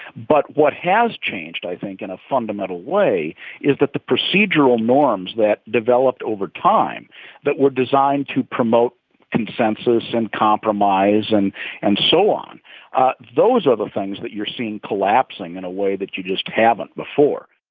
but what has changed, i think, in a fundamental way is that the procedural norms that developed over time that were designed to promote consensus and compromise and and so on those are the things that you're seeing collapsing in a way that you just haven't before